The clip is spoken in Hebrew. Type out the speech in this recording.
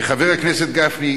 חבר הכנסת גפני,